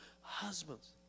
husbands